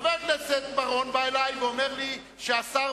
חבר הכנסת בר-און בא אלי ואומר לי שהשר